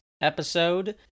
episode